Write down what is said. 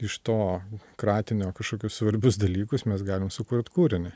iš to kratinio kažkokius svarbius dalykus mes galim sukurt kūrinį